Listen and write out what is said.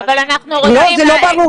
לא, זה לא ברור.